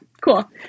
cool